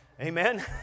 Amen